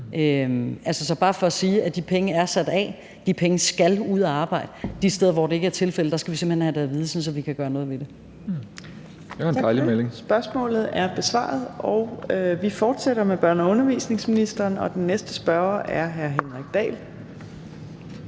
er bare for at sige, at de penge er sat af, de penge skal ud at arbejde. De steder, hvor det ikke er tilfældet, skal vi simpelt hen have det at vide, sådan at vi kan gøre noget ved det. (Jacob Mark (SF): Det var en dejlig melding). Kl. 15:43 Fjerde næstformand (Trine Torp): Tak for det. Spørgsmålet er besvaret. Vi fortsætter med børne- og undervisningsministeren, og den næste spørger er hr. Henrik Dahl.